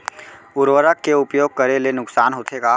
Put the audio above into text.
उर्वरक के उपयोग करे ले नुकसान होथे का?